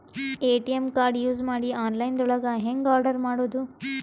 ATM card use ಮಾಡಿ online ದೊಳಗೆ ಹೆಂಗ್ ಆರ್ಡರ್ ಮಾಡುದು?